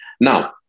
Now